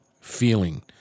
feeling